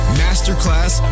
masterclass